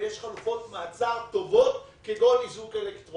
ויש חלופות מעצר טובות, כגון כמו איזוק אלקטרוני.